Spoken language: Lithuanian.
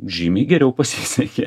žymiai geriau pasisekė